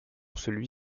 celui